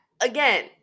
again